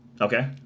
Okay